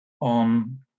on